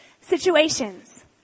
situations